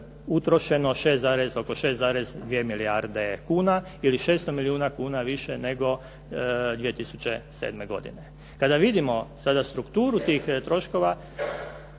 utrošeno oko 6,2 milijarde kuna ili 600 milijuna kuna više nego 2007. godine. Kada vidimo sada strukturu tih troškova